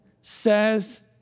says